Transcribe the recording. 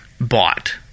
bought